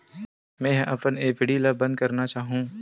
मेंहा अपन एफ.डी ला बंद करना चाहहु